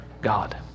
God